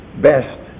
best